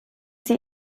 sie